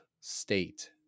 state